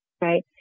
Right